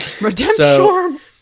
Redemption